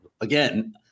again